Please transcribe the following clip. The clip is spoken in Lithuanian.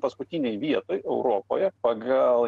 paskutinėj vietoj europoje pagal